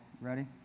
Ready